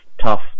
tough